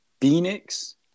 Phoenix